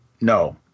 no